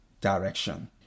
direction